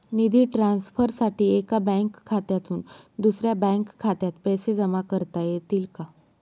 निधी ट्रान्सफरसाठी एका बँक खात्यातून दुसऱ्या बँक खात्यात पैसे जमा करता येतील का?